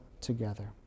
together